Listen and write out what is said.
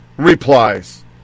replies